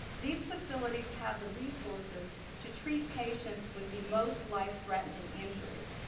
these facilities have the resources to treat patients with the most life threatening injuries.